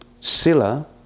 sila